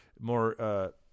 more